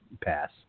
pass